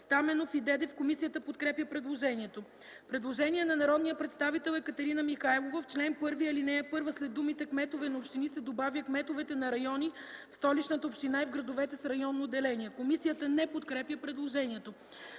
Стаменов и Дедев. Комисията подкрепя предложението. Предложение на народния представител Екатерина Михайлова – в чл. 1, ал. 1 след думите „кметове на общини” се добавя: „кметовете на райони в Столичната община и в градовете с районно отделение”. Комисията не подкрепя предложението.